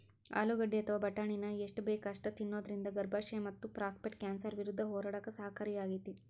ಆಲೂಗಡ್ಡಿ ಅಥವಾ ಬಟಾಟಿನ ಎಷ್ಟ ಬೇಕ ಅಷ್ಟ ತಿನ್ನೋದರಿಂದ ಗರ್ಭಾಶಯ ಮತ್ತಪ್ರಾಸ್ಟೇಟ್ ಕ್ಯಾನ್ಸರ್ ವಿರುದ್ಧ ಹೋರಾಡಕ ಸಹಕಾರಿಯಾಗ್ಯಾತಿ